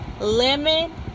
lemon